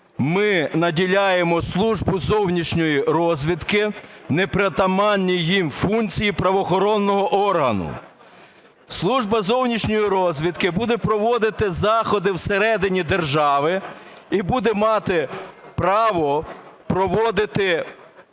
ми наділяємо Службу зовнішньої розвідки непритаманною їй функцією правоохоронного органу. Служба зовнішньої розвідки буде проводити заходи в середині держави і буде мати право проводити